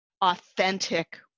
authentic